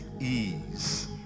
ease